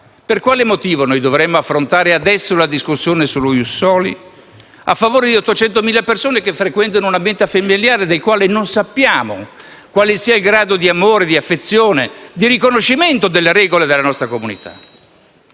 c'è certezza, dovremmo affrontare adesso una discussione sullo *ius soli* a favore di 800.000 persone che frequentano un ambiente familiare nel quale non sappiamo quale sia il grado di amore, di affezione, di riconoscimento delle regole della nostra comunità.